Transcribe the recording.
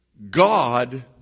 God